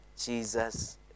Jesus